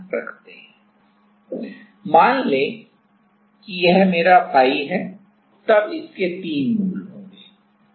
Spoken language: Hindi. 0 0 1 1 05 0031 081 115 1125 0333 0333 1333 15 imaginary imaginary 1429 मान लें कि यह मेरा फाई है और तब इसके तीन मूल होंगे